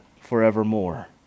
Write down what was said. forevermore